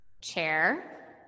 chair